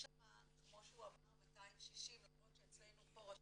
יש שם כמו שהוא אמר, 260, למרות שאצלנו פה רשום